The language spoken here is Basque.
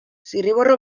zirriborro